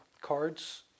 cards